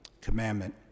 commandment